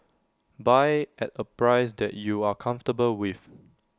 buy at A price that you are comfortable with